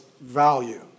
value